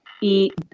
eat